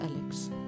Alex